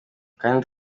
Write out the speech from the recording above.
kdi